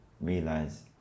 realize